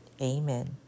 amen